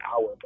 hour